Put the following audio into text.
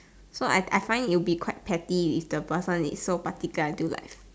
so so I find it will be quite petty if the person is so particular until like